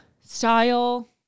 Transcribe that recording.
style